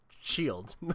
shield